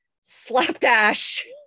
slapdash